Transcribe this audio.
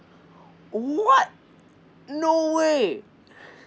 oh what no way